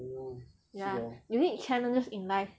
ya you need challenges in life